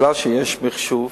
מפני שיש מחשוב,